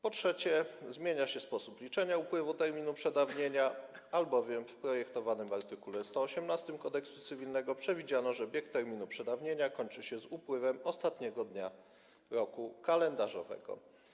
Po trzecie, zmienia się sposób liczenia upływu terminu przedawnienia, albowiem w projektowanym art. 118 Kodeksu cywilnego przewidziano, że bieg terminu przedawnienia kończy się z upływem ostatniego dnia roku kalendarzowego.